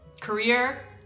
career